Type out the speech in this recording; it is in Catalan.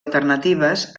alternatives